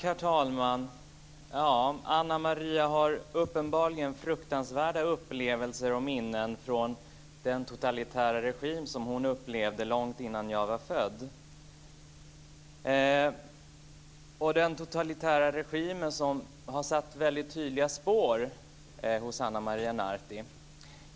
Herr talman! Ana Maria har uppenbarligen fruktansvärda minnen från den totalitära regim som hon upplevde långt innan jag var född. Denna totalitära regim har satt väldigt tydliga spår hos Ana Maria Narti.